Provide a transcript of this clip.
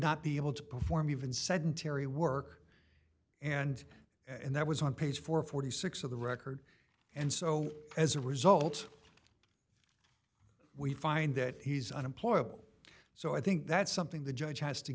not be able to perform even sedentary work and and that was on page four hundred and forty six of the record and so as a result we find that he's unemployable so i think that's something the judge has to